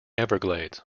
everglades